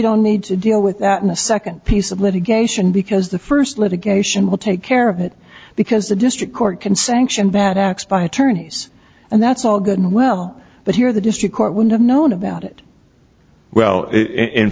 don't need to deal with that in a second piece of litigation because the first litigation will take care of it because the district court can sanction bad acts by attorneys and that's all good and well but here the district court would have known about it well i